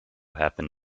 happen